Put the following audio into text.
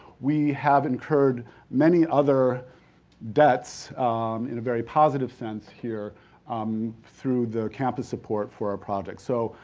we have incurred many other debts in a very positive sense here um through the campus support for our projects. so,